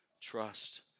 Trust